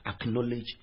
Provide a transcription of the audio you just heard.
acknowledge